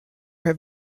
have